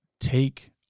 take